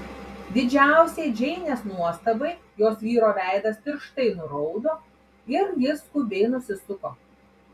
didžiausiai džeinės nuostabai jos vyro veidas tirštai nuraudo ir jis skubiai nusisuko